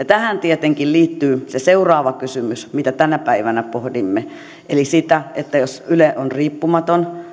tähän tietenkin liittyy se seuraava kysymys mitä tänä päivänä pohdimme eli sitä että jos yle on riippumaton